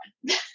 one